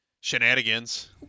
shenanigans